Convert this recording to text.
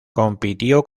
compitió